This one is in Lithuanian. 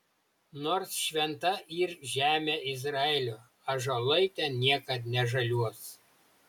nors šventa yr žemė izraelio ąžuolai ten niekad nežaliuos